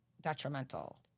detrimental